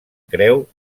creu